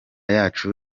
yacu